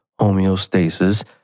homeostasis